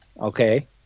okay